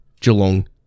Geelong